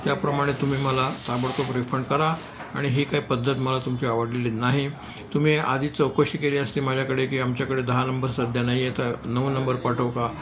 त्याप्रमाणे तुम्ही मला ताबडतोब रिफंड करा आणि ही काही पद्धत मला तुमची आवडलेली नाही तुम्ही आधी चौकशी केली असती माझ्याकडे की आमच्याकडे दहा नंबर सध्या नाही आहे तर नऊ नंबर पाठवू का